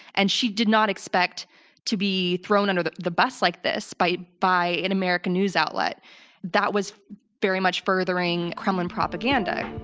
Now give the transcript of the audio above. and she did not expect to be thrown under the the bus like this, by by an american news outlet that was very much furthering kremlin propaganda.